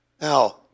Now